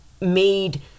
made